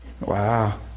Wow